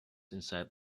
inside